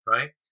Right